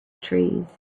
trees